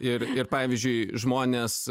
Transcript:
ir ir pavyzdžiui žmonės